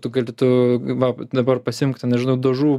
tu gali tu va dabar pasiimk ten nežinau dažų